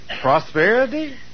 prosperity